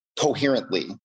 coherently